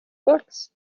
books